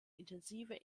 intensive